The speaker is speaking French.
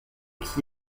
qui